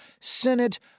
Senate